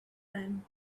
them